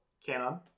canon